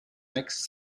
next